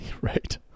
Right